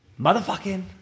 motherfucking